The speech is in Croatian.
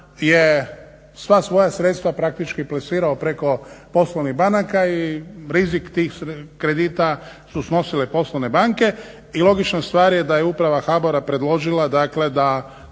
je sva svoja sredstva praktički plasirao preko poslovnih banaka i rizik tih kredita su snosile poslovne banke i logična stvar je da je uprava HBOR-a predložila dakle da